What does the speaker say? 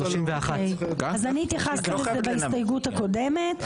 31. אז אני התייחסתי לזה בהסתייגות הקודמת.